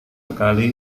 sekali